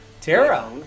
Tara